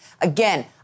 Again